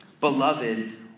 Beloved